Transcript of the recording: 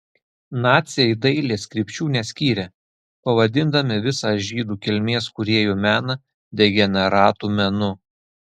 naciai dailės krypčių neskyrė pavadindami visą žydų kilmės kūrėjų meną degeneratų menu